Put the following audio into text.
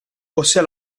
ossia